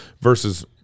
versus